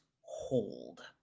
hold